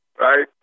right